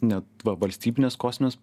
net va valstybines kosmines